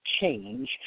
change